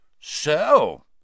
So